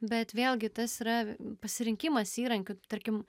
bet vėlgi tas yra pasirinkimas įrankių tu tarkim